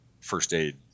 first-aid